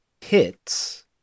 hits